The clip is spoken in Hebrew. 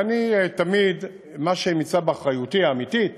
תמיד, מה שנמצא באחריותי האמיתית,